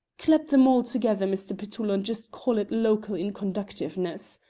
clap them all together, mr. petullo, and just call it local inconduciveness,